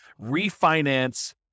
refinance